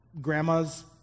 grandma's